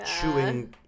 chewing